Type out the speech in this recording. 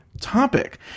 topic